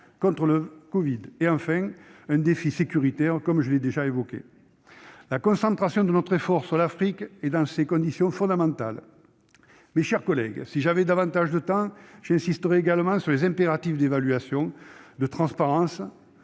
contre le covid, et, enfin, un défi sécuritaire, que j'ai déjà évoqué. La concentration de notre effort sur l'Afrique est dans ces conditions fondamentale. Mes chers collègues, si j'avais davantage de temps, j'insisterais également sur les impératifs d'évaluation, de transparence,